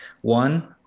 One